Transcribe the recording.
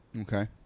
Okay